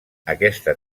aquesta